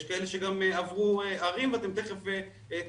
יש כאלה שגם עברו ערים ואתם תיכף תשמעו,